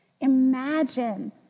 Imagine